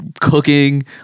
cooking